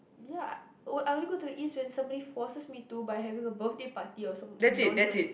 ya oh I only go to the East when somebody forces me to by having a birthday party or some nonsense